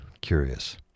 curious